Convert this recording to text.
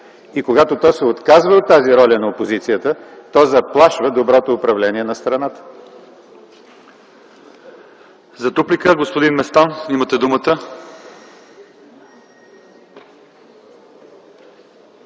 Когато то се отказва от тази роля на опозицията, това заплашва доброто управление на страната.